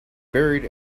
buried